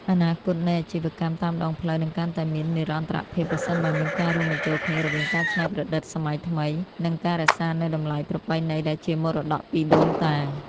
អនាគតនៃអាជីវកម្មតាមដងផ្លូវនឹងកាន់តែមាននិរន្តរភាព ប្រសិនបើមានការរួមបញ្ចូលគ្នារវាងការច្នៃប្រឌិតសម័យថ្មី និងការរក្សានូវតម្លៃប្រពៃណីដែលជាមរតកពីដូនតា។